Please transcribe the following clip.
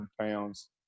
pounds